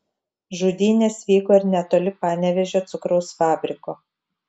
žudynės vyko ir netoli panevėžio cukraus fabriko